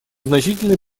значительный